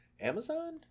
Amazon